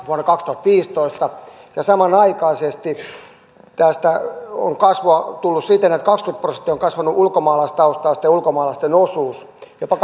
vuonna kaksituhattaviisitoista ja samanaikaisesti on kasvua tullut siten että kaksikymmentä prosenttia on kasvanut ulkomaalaistaustaisten ja ulkomaalaisten osuus jopa